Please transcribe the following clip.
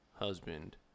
Husband